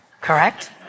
correct